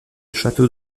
château